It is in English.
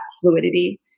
fluidity